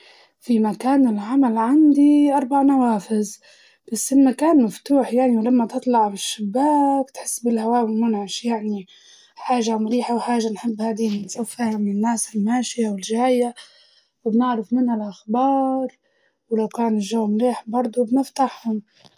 في مكان العمل عندي أربع نوافز بس المكان مفتوح يعني ولما تطلع من الشباك تحس بالهوا المنعش يعني حاجة مريحة وحاجة نحب هادي بنشوف منها الناس الماشية والجاية، وبنعرف منها الأخبار ولو كان الجو مليح برضه بنفتحهم.